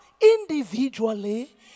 individually